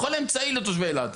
בכל אמצעי לתושבי אלעד.